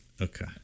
Okay